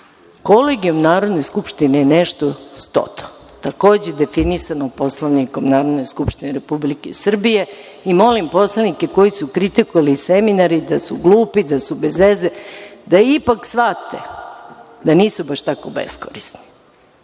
pozvani. Kolegijum Narodne skupštine je nešto stoto. Takođe je definisano Poslovnikom Narodne skupštine Republike Srbije i molim poslanike koji su kritikovali seminare da su glupi, da su bez veze, da ipak shvate da nisu baš tako beskorisni,